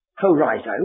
horizo